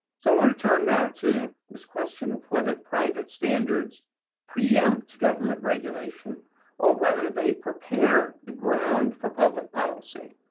so i want to turn now to this question of whether private standards preempt government regulation or whether they prepare the ground for public policy.